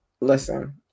listen